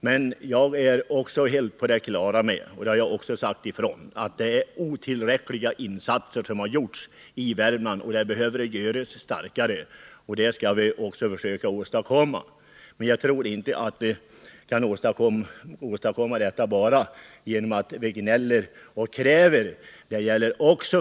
Men jag är helt på det klara med att — och det har jag också sagt ifrån — de insatser som gjorts i Värmland är otillräckliga. Det behöver göras mer, och det skall vi också försöka åstadkomma. Men jag tror inte att vi kan göra det bara genom att gnälla och kräva.